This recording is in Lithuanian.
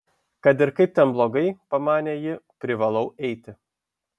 kad ir kaip ten blogai pamanė ji privalau eiti